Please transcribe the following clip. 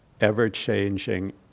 ever-changing